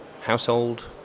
household